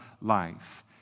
life